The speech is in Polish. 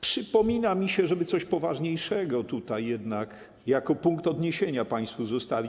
Przypomina mi się, żeby coś poważniejszego tutaj jednak jako punkt odniesienia państwu zostawić.